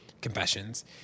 confessions